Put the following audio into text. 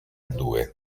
due